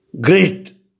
great